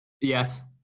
Yes